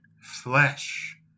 flesh